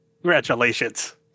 Congratulations